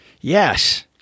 Yes